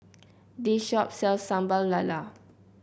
this shop sells Sambal Lala